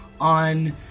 on